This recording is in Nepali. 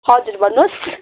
हजुर भन्नुहोस्